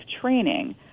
training